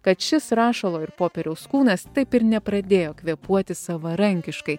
kad šis rašalo ir popieriaus kūnas taip ir nepradėjo kvėpuoti savarankiškai